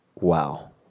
Wow